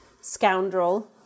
scoundrel